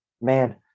man